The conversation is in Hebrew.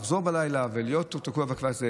לחזור בלילה ולהיות תקוע בכבישים.